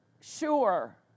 sure